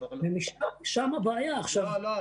כבר לא.